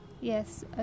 yes